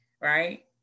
right